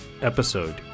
episode